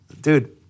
Dude